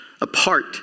apart